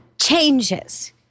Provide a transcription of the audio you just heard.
changes